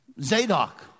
Zadok